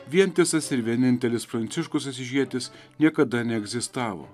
vientisas ir vienintelis pranciškus asyžietis niekada neegzistavo